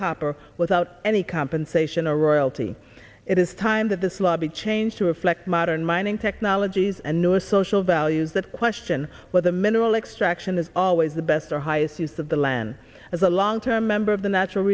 copper without any compensation or royalty it is time that this law be changed to reflect modern mining technologies and new social values that question whether mineral extraction is always the best or highest use of the land as a long term member of the natural